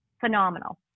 phenomenal